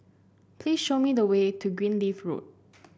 please show me the way to Greenleaf Road